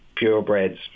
purebreds